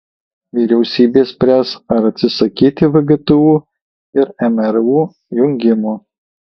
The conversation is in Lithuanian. vyriausybė spręs ar atsisakyti vgtu ir mru jungimo